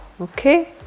Okay